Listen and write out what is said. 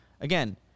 again